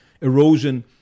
erosion